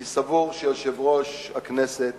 אני סבור שיושב-ראש הכנסת